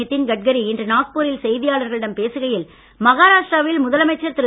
நித்தின் கட்கரி இன்று நாக்பூரில் செய்தியாளர்களிடம் பேசுகையில் மஹாராஷ்டிராவில் முதலமைச்சர் திரு